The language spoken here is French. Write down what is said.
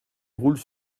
roulent